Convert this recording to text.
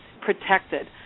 protected